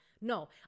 No